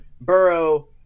Burrow